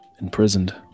imprisoned